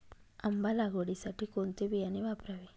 आंबा लागवडीसाठी कोणते बियाणे वापरावे?